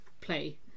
play